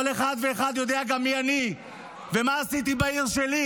כל אחד ואחד יודע גם מי אני ומה עשיתי בעיר שלי.